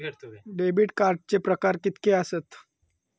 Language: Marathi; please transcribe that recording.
डेबिट कार्डचे प्रकार कीतके आसत?